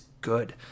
good